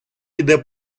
іде